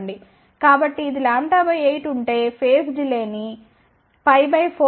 కాబట్టిఇది λ 8 ఉంటే phase delay π 4 ఉంటుంది అంటే 450